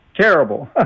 terrible